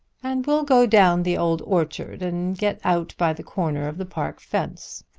and we'll go down the old orchard, and get out by the corner of the park fence.